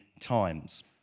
times